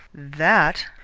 that,